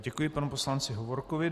Děkuji panu poslanci Hovorkovi.